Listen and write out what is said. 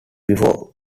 before